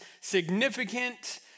significant